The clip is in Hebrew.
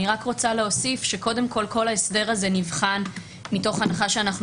אני רוצה להוסיף ולומר שכל ההסדר הזה נבחן מתוך הנחה שאנחנו